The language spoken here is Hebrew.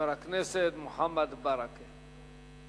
חבר הכנסת מוחמד ברכה.